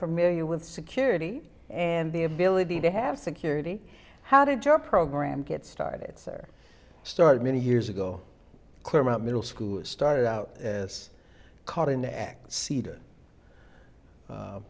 familiar with security and the ability to have security how did your program get started sir started many years ago clear out middle school started out as caught in the act ced